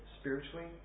Spiritually